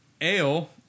ale